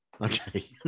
Okay